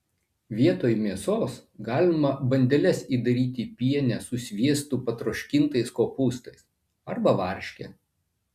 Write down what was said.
vietoj mėsos galima bandeles įdaryti piene su sviestu patroškintais kopūstais arba varške